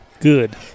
Good